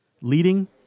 leading